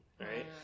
Right